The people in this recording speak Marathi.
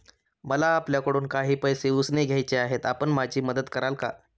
मला आपल्याकडून काही पैसे उसने घ्यायचे आहेत, आपण माझी मदत कराल का?